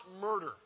murder